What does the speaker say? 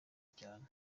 cyane